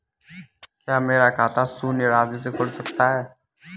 क्या मेरा खाता शून्य राशि से खुल सकता है?